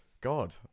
god